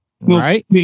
Right